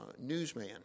newsman